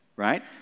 Right